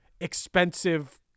expensive